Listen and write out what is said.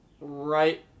right